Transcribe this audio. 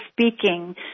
speaking